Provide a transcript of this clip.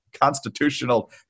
constitutional